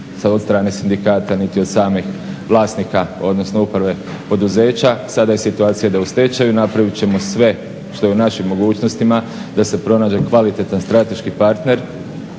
od strane sindikata a niti od samih vlasnika odnosno uprave poduzeća. Sada je situacija da je u stečaju, napravit ćemo sve što je u našim mogućnostima da se pronađe kvalitetan strateški partner,